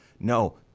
No